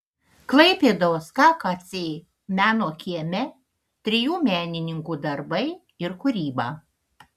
klaipėdos kkc meno kieme trijų menininkų darbai ir kūryba